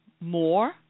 more